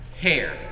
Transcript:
hair